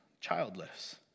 childless